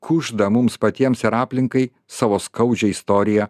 kužda mums patiems ir aplinkai savo skaudžią istoriją